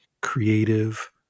creative